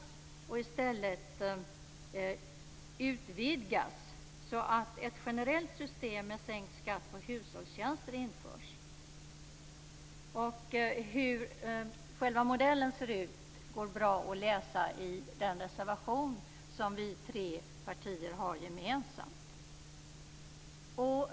Stödet bör i stället utvidgas, så att ett generellt system med sänkt skatt på hushållstjänster införs. Hur själva modellen ser ut går det bra att läsa om i den reservation som vi tre partier har gemensam.